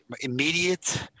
immediate